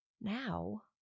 Now